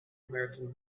american